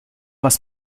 was